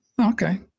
Okay